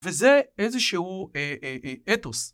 וזה איזשהו אתוס